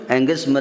Angus